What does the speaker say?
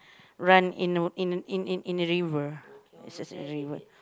run in a in in in in river is just a river